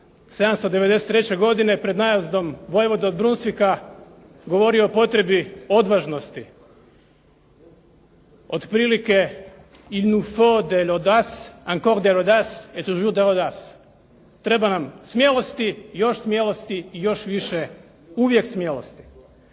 793. godine pred najezdom vojvode od Brunsvika govorio o potrebi odvažnosti, otprilike … /Govornik govori francuski./ … Treba nam smjelosti, još smjelosti i još više uvijek smjelosti.